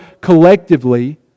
collectively